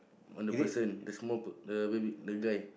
on the person the small per~ the baby the guy